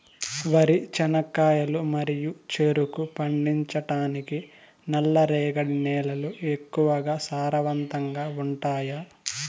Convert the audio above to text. వరి, చెనక్కాయలు మరియు చెరుకు పండించటానికి నల్లరేగడి నేలలు ఎక్కువగా సారవంతంగా ఉంటాయా?